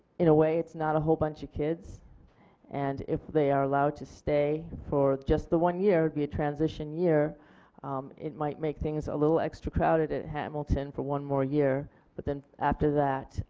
in a way it is not a whole bunch of kids and if they are allowed to stay for just the one year it would be a transition year it might make things a little extra crowded at hamilton for one more year but then after that